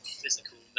physical